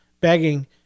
begging